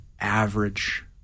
average